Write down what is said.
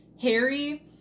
Harry